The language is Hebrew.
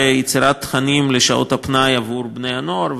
ויצירת תכנים לשעות הפנאי עבור בני-הנוער,